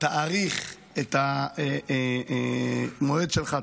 תאריך את המועד שלך,